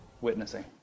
witnessing